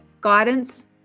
guidance